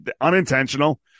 unintentional